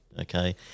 okay